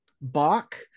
Bach